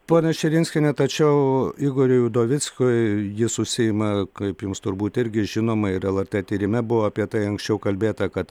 ponia širinskiene tačiau igoriui udovickui jis užsiima kaip jums turbūt irgi žinoma ir lrt tyrime buvo apie tai anksčiau kalbėta kad